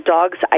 Dogs